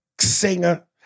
singer